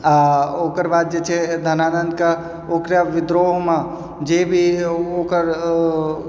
आ ओकर बाद जे छै धनानन्दके ओकरा विद्रोहमे जे भी ओकर